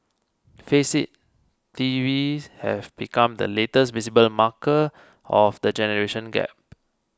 face it TVs have become the latest visible marker of the generation gap